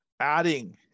Adding